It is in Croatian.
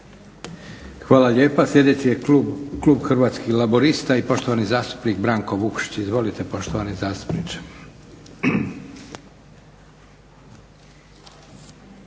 Hvala lijepa. Sljedeći je klub, Klub Hrvatskih laburista i poštovani zastupnik Branko Vukšić. Izvolite poštovani zastupniče.